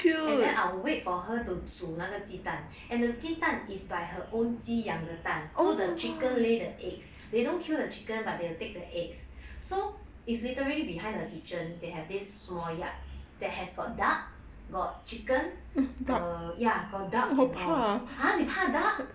and then I'll wait for her to 煮那个鸡蛋 and the 鸡蛋 is by her own 鸡养的蛋 so the chicken lay the eggs they don't kill the chicken but they will take the eggs so it's literally behind the kitchen they have this small yard that has got duck got chicken err ya got duck and all !huh! 你怕 duck